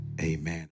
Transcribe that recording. Amen